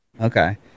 okay